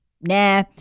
Nah